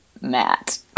Matt